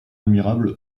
admirable